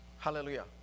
Hallelujah